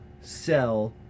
sell